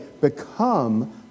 become